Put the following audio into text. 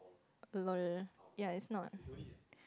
lol ya it's not